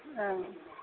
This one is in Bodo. ओं